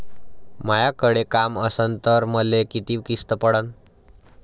मायाकडे काम असन तर मले किती किस्त पडन?